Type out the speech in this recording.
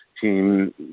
team